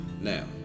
Now